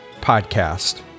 podcast